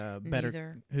better